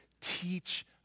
teach